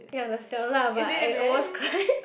ya the 小辣 but I almost cry